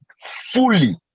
fully